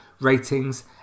ratings